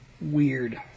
Weird